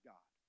God